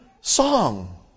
song